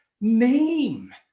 Name